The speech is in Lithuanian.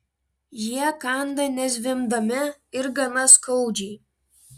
jie kanda nezvimbdami ir gana skaudžiai